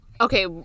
Okay